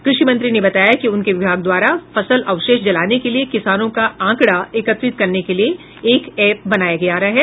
कृषि मंत्री ने बताया कि उनके विभाग द्वारा फसल अवशेष जलाने वाले किसानों का आँकड़ा एकत्रित करने के लिए एक ऐप बनाया जा रहा है